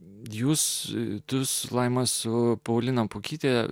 dvejus metus laima su paulina pukytė